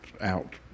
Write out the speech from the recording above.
out